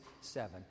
seven